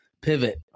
pivot